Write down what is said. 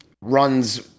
runs